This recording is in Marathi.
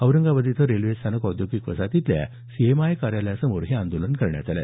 औरंगाबाद इथं रेल्वे स्थानक औद्योगिक वसाहतीतल्या सीएमआयए कार्यालयासमोर हे आंदोलन करण्यात आलं